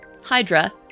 Hydra